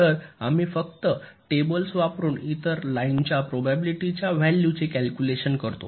तर आम्ही फक्त टेबल्स वापरुन इतर लाइन च्या प्रोबॅबिलिटी च्या व्हॅल्यू चे कॅल्क्युलेशन करतो